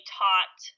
taught